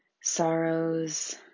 sorrows